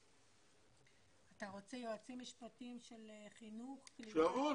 אתה רוצה יועצים משפטיים של חינוך --- שיבואו,